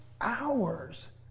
hours